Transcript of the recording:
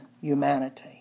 humanity